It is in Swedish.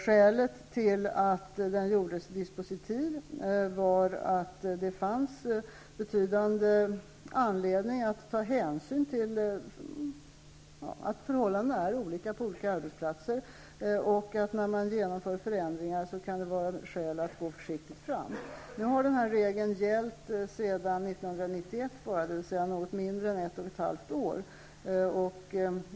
Skälet till att den gjordes dispositiv var att det fanns betydande anledning att ta hänsyn till att förhållandena är olika på olika arbetsplatser. När man genomför förändringar kan det finnas skäl att gå försiktigt fram. Nu har den här regeln bara gällt sedan 1991, dvs. något mindre än ett och ett halvt år.